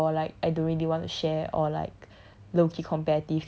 !wah! I scared or like I don't really want to share or like